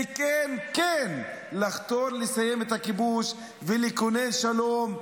וכן, כן, לחתור לסיים את הכיבוש ולכונן שלום.